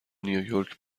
نییورک